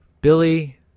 Billy